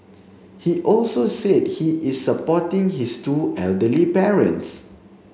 he also said he is supporting his two elderly parents